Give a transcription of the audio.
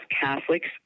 Catholics